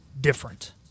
different